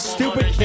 Stupid